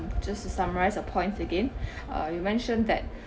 just to summarize a points again uh you mentioned that